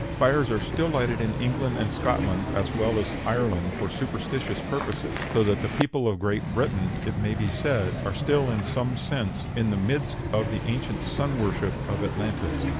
fires are still lighted in england and scotland as well as ireland for superstitious purposes so that the people of great britain, it may be said, are still in some sense in the midst of the ancient sun-worship of atlantis.